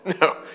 no